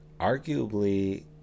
arguably